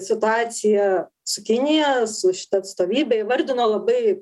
situaciją su kinija su šita atstovybe įvardino labai